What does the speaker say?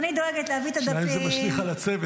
השאלה היא אם זה משליך גם על הצוות.